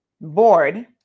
board